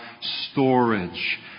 storage